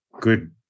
good